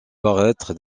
paraître